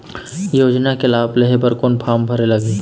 योजना के लाभ लेहे बर कोन फार्म भरे लगही?